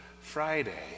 Friday